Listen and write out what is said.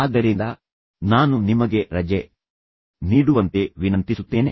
ಆದ್ದರಿಂದ ನಾನು ನಿಮಗೆ ರಜೆ ನೀಡುವಂತೆ ವಿನಂತಿಸುತ್ತೇನೆ